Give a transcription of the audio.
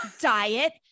diet